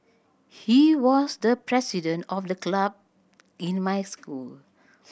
he was the president of the club in my school